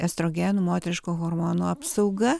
estrogenų moteriškų hormonų apsauga